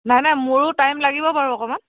নাই নাই মোৰো টাইম লাগিব বাৰু অকণমান